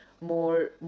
more